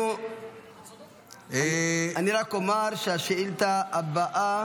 אני רק אומר שהשאילתה הבאה